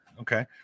Okay